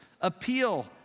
appeal